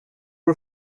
och